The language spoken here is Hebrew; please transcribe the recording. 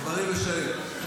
בריא ושלם.